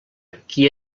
qui